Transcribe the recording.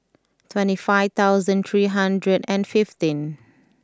twenty five thousand three hundred and fifteen